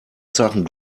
sachen